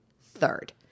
Third